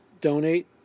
donate